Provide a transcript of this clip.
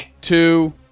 two